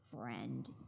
friend